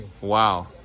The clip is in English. Wow